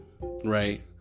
right